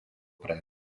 pre